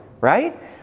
right